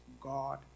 God